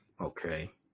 Okay